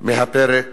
מהפרק